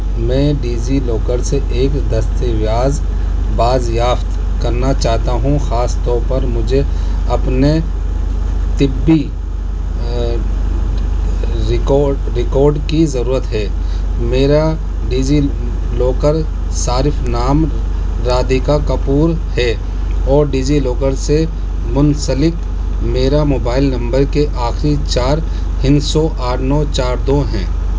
میں DigiLocker سے ایک دستاویز بازیافت کرنا چاہتا ہوں خاص طور پر مجھے اپنے طبی ریکاڈ ریکاڈ کی ضرورت ہے میرا ڈیزی لاکر صارف نام رادھکا کپور ہے اور ڈیزی لاکر سے منسلک میرا موبائل نمبر کے آخری چار ہندسوں آٹھ نو چار دو ہیں